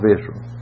Israel